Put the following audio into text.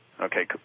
Okay